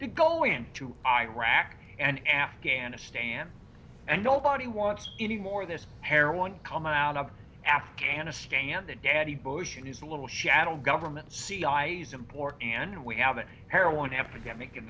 to go into iraq and afghanistan and nobody wants any more this heroin come out of afghanistan that daddy bush and his little shadow government cia's implore and we have a heroin epidemic in